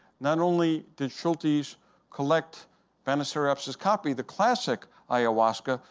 not only did schultes collect banisteriopsis caapi, the classic ayahuasca,